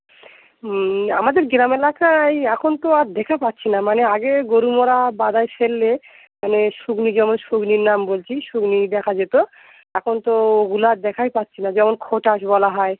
হুম আমাদের গ্রাম এলাকায় এখন তো আর দেখা পাচ্ছি না মানে আগে গরুমরা বাদায় ফেললে মানে শুগনি যেমন শুগনির নাম বলছি শুগনি দেখা যেত এখন তো ওগুলা আর দেখাই পাচ্ছি না যেমন খোতাস বলা হয়